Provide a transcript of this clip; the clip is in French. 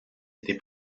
été